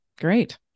Great